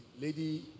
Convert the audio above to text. lady